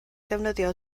ddefnyddio